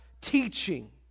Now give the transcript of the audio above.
teaching